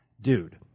Dude